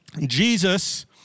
Jesus